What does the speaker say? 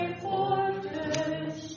fortress